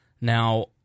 Now